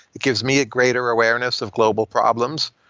it gives me a greater awareness of global problems,